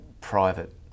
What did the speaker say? private